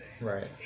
right